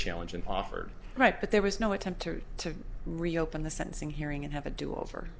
challenge and offered right but there was no attempt to reopen the sentencing hearing and have a do over